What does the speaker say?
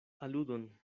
aludon